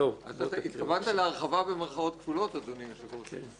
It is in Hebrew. התכוונת להרחבת במירכאות כפולות, אדוני היושב-ראש.